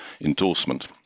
endorsement